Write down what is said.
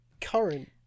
current